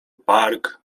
park